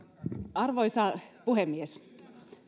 arvoisa puhemies